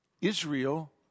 Israel